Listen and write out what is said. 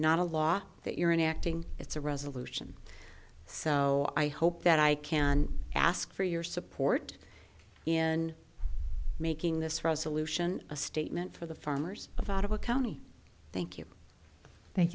not a law that you're an acting it's a resolution so i hope that i can ask for your support in making this resolution a statement for the farmers of out of a county thank you thank